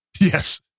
Yes